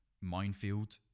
minefield